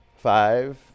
Five